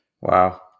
Wow